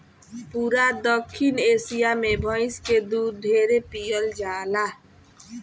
पूरा दखिन एशिया मे भइस के दूध ढेरे पियल जाला